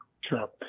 Sure